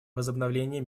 возобновления